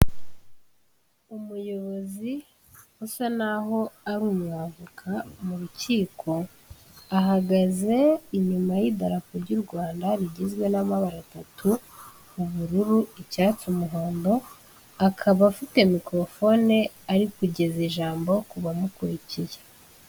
Umuyobozi usa naho ari umwavoka mu rukiko, ahagaze inyuma y'idarapo ry'u Rwanda rigizwe n'amabara atatu; ubururu, icyatsi, umuhondo, akaba afite mikorofone ari kugeza ijambo ku bamukurikiye.